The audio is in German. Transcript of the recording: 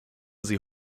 sie